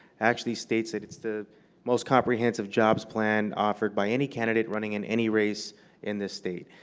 actually states that it's the most comprehensive jobs plan offered by any candidate running in any race in this state.